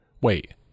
wait